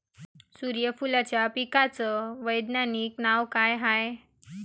सुर्यफूलाच्या पिकाचं वैज्ञानिक नाव काय हाये?